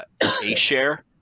A-Share